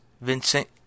Vincent